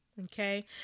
Okay